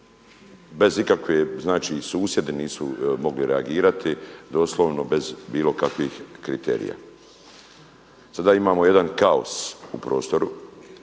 bez ikakve znači, susjedi nisu mogli reagirati, doslovno bez bilo kakvih kriterija. Sada imamo jedan kaos u prostoru